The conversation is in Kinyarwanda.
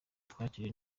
twakiriye